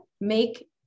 make